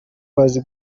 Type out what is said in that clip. bazi